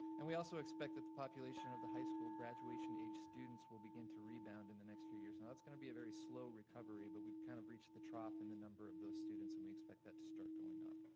and we also expect that the population of the high school graduation age students will begin to rebound in the next few years. and that's gonna be a very slow recovery, but we've kinda kind of reached the trough in and the number of those students and we expect that to start going up.